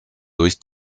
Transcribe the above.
durch